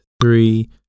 three